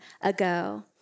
ago